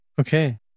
Okay